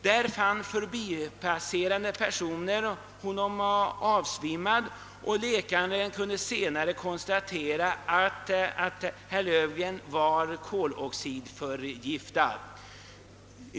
Där fann förbipasserande personer honom avsvimmad, och läkaren kunde senare konstatera att herr Löfgren var koloxidförgiftad.